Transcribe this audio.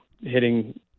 hitting